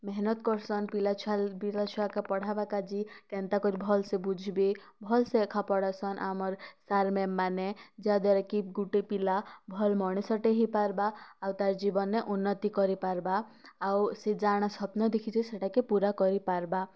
ମେହନତ୍ କରସନ୍ ପିଲା ଛୁଆ ପିଲାଛୁଆକେ ପଢ଼ାବା କାଯେ କେନ୍ତା କରି ଭଲସେ ବୁଝବେ ଭଲସେ ଏକା ପଢ଼ାସନ୍ ଆମର୍ ସାର୍ ମାମ୍ ମାନେ ଯାଦ୍ୱାରା କି ଗୋଟେ ପିଲା ଭଲ୍ ମଣିଷଟେ ହେଇପାରବା ଆଉ ତାର୍ ଜୀବନରେ ଉନ୍ନତି କରିପାରବା ଆଉ ସେ ଜାଣା ସ୍ୱପ୍ନ ଦେଖିଛେ ସେଟାକେ ପୂରା କରିପାରବା